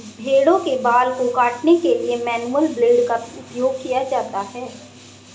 भेड़ों के बाल को काटने के लिए मैनुअल ब्लेड का उपयोग किया जाता है